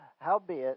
Howbeit